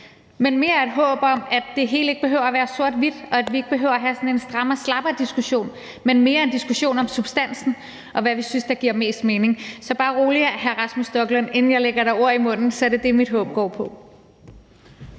men mere et håb om, at det hele ikke behøver at være sort-hvidt, og at vi ikke behøver at have sådan en strammer-slapper-diskussion, men mere en diskussion om substansen og om, hvad vi synes der giver mest mening. Så bare rolig, hr. Rasmus Stoklund: Inden jeg lægger dig ord i munden, så er det det, mit håb går på.